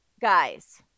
guys